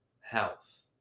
Health